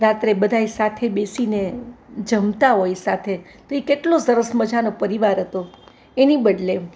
રાત્રે બધાંય સાથે બેસીને જમતા હોય સાથે તે કેટલો સરસ મજાનો પરિવાર હતો એને બદલે